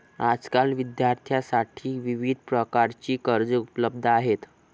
आजकाल विद्यार्थ्यांसाठी विविध प्रकारची कर्जे उपलब्ध आहेत